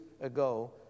ago